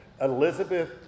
Elizabeth